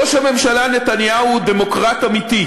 ראש הממשלה נתניהו הוא דמוקרט אמיתי.